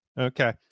Okay